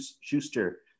Schuster